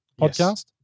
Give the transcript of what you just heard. podcast